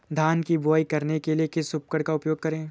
धान की बुवाई करने के लिए किस उपकरण का उपयोग करें?